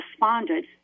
responded